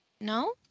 No